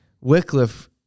Wycliffe